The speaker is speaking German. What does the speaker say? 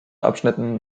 abschnitten